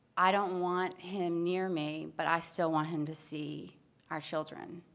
i don't want him near me but i still want him to see our children.